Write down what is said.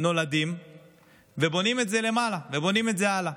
נולדים ובונים את זה למעלה, בונים את זה הלאה.